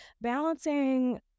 balancing